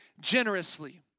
generously